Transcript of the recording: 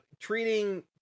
treating